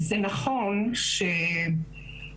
זה נכון שבגלל